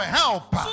help